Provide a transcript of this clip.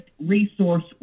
resource